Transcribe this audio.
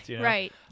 right